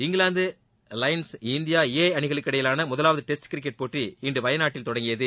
England Lions India A அணிகளுக்கிடையேயான முதலாவது test cricket போட்டி இன்று வயநாட்டில் தொடங்கியது